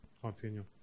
Continue